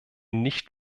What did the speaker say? nicht